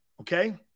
okay